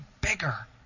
bigger